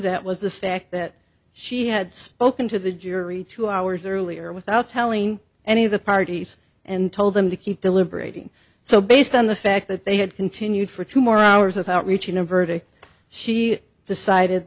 that was the fact that she had spoken to the jury two hours earlier without telling any of the parties and told them to keep deliberating so based on the fact that they had continued for two more hours without reaching a verdict she decided